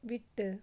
விட்டு